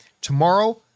Tomorrow